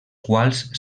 quals